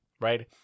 right